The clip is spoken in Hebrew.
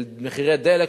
של מחירי דלק,